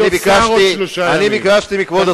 עוד שלושה ימים אתה שר.